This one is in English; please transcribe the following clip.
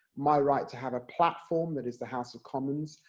my right to have a platform, that is the house of commons,